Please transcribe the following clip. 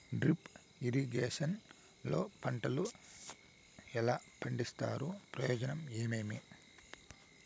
Drip irrigation లో పంటలు ఎలా పండిస్తారు ప్రయోజనం ఏమేమి?